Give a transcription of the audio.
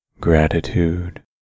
Gratitude